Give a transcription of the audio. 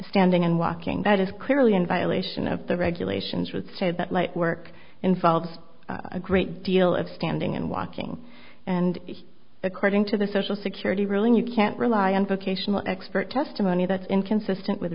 standing and walking that is clearly in violation of the regulations with said that light work involves a great deal of standing and walking and according to the social security ruling you can't rely on vocational expert testimony that's inconsistent with